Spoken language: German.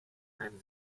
ein